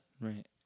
right